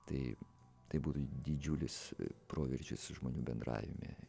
tai tai būtų didžiulis proveržis žmonių bendravime